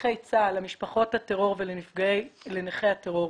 לנכי צה"ל, למשפחות הטרור ולנכי הטרור,